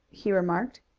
he remarked.